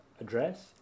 address